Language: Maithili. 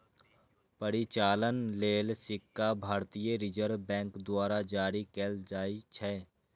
परिचालन लेल सिक्का भारतीय रिजर्व बैंक द्वारा जारी कैल जाइ छै